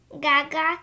Gaga